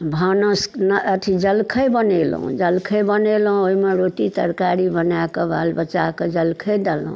भानस नहि अथी जलखै बनेलहुँ जलखै बनेलहुँ ओयमे रोटी तरकारी बनाकऽ बाल बच्चाके जलखै देलहुँ